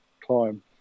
climb